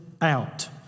out